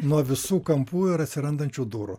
nuo visų kampų ir atsirandančių durų